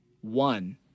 one